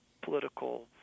political